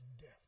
death